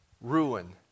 ruin